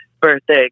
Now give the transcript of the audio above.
Birthday